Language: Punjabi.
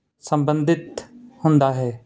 ਸੰਬੰਧਿਤ ਹੁੰਦਾ ਹੈ